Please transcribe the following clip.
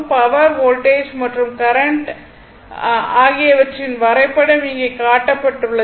power voltage மற்றும் current power voltage current ஆகியவற்றின் வரைபடம் இங்கே காட்டப்பட்டுள்ளது